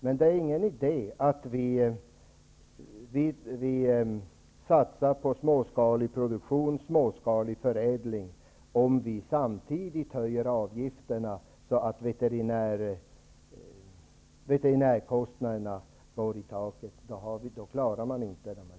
Men det är ingen idé att vi satsar på småskalig produktion och förädling om vi samtidigt höjer avgifterna så att veterinärkostnaderna går i taket. Då klarar man inte detta.